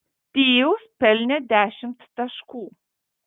tyus pelnė dešimt taškų